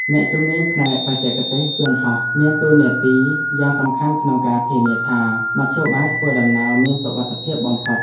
អ្នកជំនាញផ្នែកបច្ចេកទេសយន្តហោះមានតួនាទីយ៉ាងសំខាន់ក្នុងការធានាថា មធ្យោបាយធ្វើដំណើរមានសុវត្ថិភាពបំផុត។